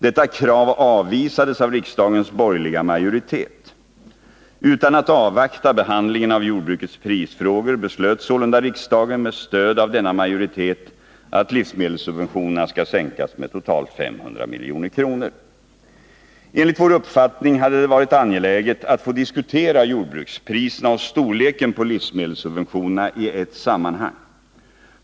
Detta krav avvisades av riksdagens borgerliga majoritet. Utan att avvakta behandlingen av jordbrukets prisfrågor, beslöt sålunda riksdagen med stöd av denna majoritet att livsmedelssubventionerna skall sänkas med totalt 500 milj.kr. Enligt vår uppfattning hade det varit angeläget att få diskutera jordbrukspriserna och storleken på livsmedelssubventionerna i ett sammanhang.